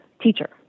teacher